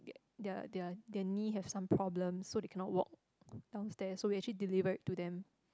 their their their knee have some problem so they cannot talk downstair so we actually deliver it to them